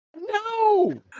No